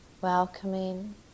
welcoming